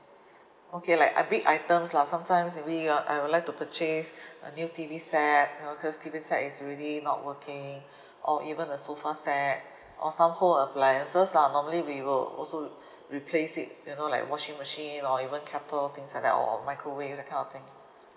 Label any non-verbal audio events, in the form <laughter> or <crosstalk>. okay like uh big items lah sometimes maybe uh I would like to purchase <breath> a new T_V set you know cause T_V set is already not working or even a sofa set or some home appliances lah normally we will also replace it you know like washing machine or even kettle things like that or or microwave that kind of thing